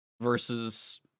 versus